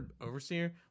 overseer